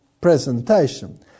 presentation